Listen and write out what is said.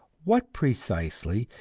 what, precisely,